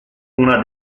una